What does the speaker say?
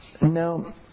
now